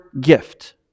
gift